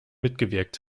mitgewirkt